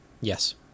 Yes